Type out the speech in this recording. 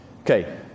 Okay